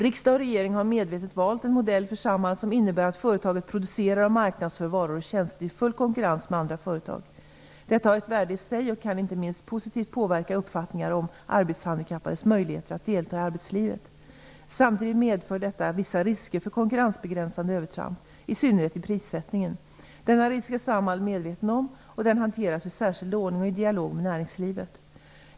Riksdag och regering har medvetet valt en modell för Samhall som innebär att företaget producerar och marknadsför varor och tjänster i full konkurrens med andra företag. Detta har ett värde i sig och kan inte minst positivt påverka uppfattningar om arbetshandikappades möjligheter att delta i arbetslivet. Samtidigt medför detta vissa risker för konkurrensbegränsande övertramp - i synnerhet i prissättningen. Denna risk är Samhall medveten om, och den hanteras i särskild ordning och i dialog med näringslivet.